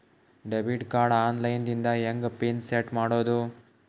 Debit card online ದಿಂದ ಹೆಂಗ್ pin set ಮಾಡೋದು?